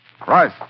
Price